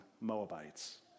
Moabites